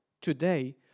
today